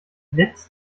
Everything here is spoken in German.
setzt